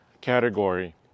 category